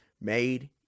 made